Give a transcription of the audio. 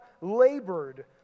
labored